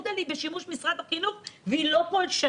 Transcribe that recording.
Moodle היא בשימוש משרד החינוך והיא לא פולשנית.